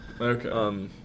Okay